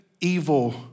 evil